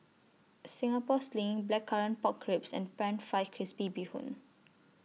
Singapore Sling Blackcurrant Pork Ribs and Pan Fried Crispy Bee Hoon